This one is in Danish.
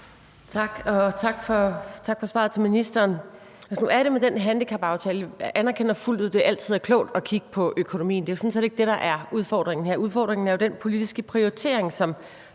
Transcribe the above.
Tak, og tak til ministeren for svaret. Nu er det sådan med den handicapaftale, at jeg fuldt ud anerkender, at det altid er klogt at kigge på økonomien. Det er sådan set ikke det, der er udfordringen her. Udfordringen er jo den politiske prioritering, som